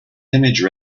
image